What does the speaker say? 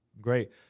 great